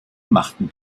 machten